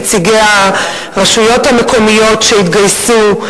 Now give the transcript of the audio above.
נציגי הרשויות המקומיות שהתגייסו.